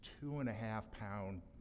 two-and-a-half-pound